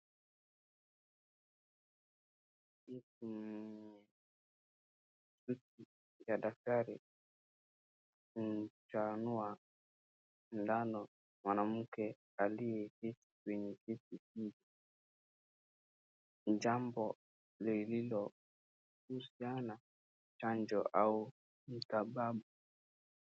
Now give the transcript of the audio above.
Kiti cha daktari imchanua sindano mwanamke aliyeketi kwenye kiti hichi. Jambo lililohusiana chanjo au matababu.